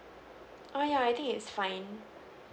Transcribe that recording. oo ya I think it's fine